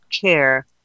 care